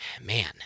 man